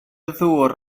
ddŵr